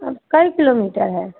कै किलोमीटर है